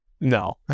no